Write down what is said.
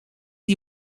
die